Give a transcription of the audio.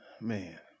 man